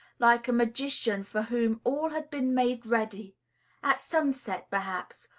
like a magician for whom all had been made ready at sunset, perhaps,